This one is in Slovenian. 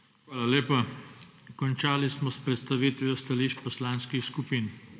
Hvala lepa. Končali smo s predstavitvijo stališč poslanskih skupin.